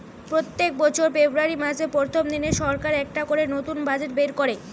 পোত্তেক বছর ফেব্রুয়ারী মাসের প্রথম দিনে সরকার একটা করে নতুন বাজেট বের কোরে